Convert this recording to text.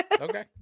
Okay